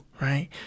Right